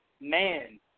man